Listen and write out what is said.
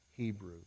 Hebrew